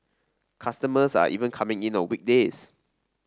customers are even coming in on weekdays